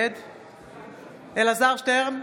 נגד אלעזר שטרן,